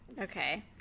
Okay